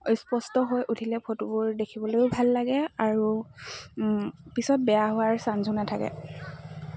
সস্পষ্ট হৈ উঠিলে ফটোবোৰ দেখিবলৈও ভাল লাগে আৰু পিছত বেয়া হোৱাৰ চাঞ্জনা থাকে